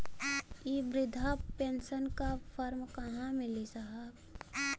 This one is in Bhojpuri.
इ बृधा पेनसन का फर्म कहाँ मिली साहब?